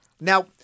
Now